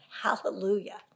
Hallelujah